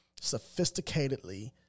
sophisticatedly